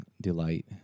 delight